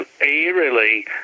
eerily